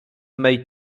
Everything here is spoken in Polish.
mej